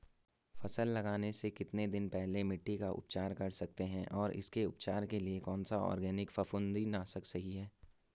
फसल लगाने से कितने दिन पहले मिट्टी का उपचार कर सकते हैं और उसके उपचार के लिए कौन सा ऑर्गैनिक फफूंदी नाशक सही है?